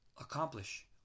accomplish